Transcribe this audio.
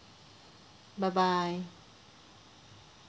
bye bye